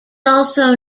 also